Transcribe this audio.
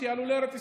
יעלו לארץ ישראל.